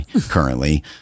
currently